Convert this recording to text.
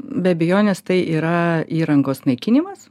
be abejonės tai yra įrangos naikinimas